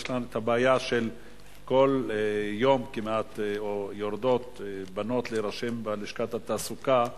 יש לנו הבעיה שכל יום כמעט יורדות בנות להירשם בלשכת התעסוקה בכרמיאל,